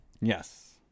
Yes